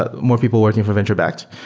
ah more people working for venture-backed,